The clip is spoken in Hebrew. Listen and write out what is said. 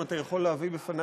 אם אתה יכול להביא לפני,